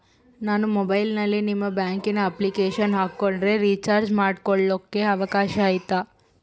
ನಾನು ಮೊಬೈಲಿನಲ್ಲಿ ನಿಮ್ಮ ಬ್ಯಾಂಕಿನ ಅಪ್ಲಿಕೇಶನ್ ಹಾಕೊಂಡ್ರೆ ರೇಚಾರ್ಜ್ ಮಾಡ್ಕೊಳಿಕ್ಕೇ ಅವಕಾಶ ಐತಾ?